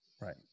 Right